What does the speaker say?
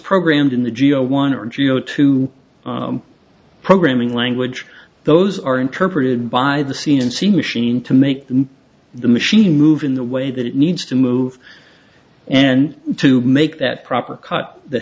programmed in the geo one or geo two programming language those are interpreted by the c n c machine to make the machine move in the way that it needs to move and to make that proper cut that